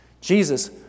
Jesus